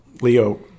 Leo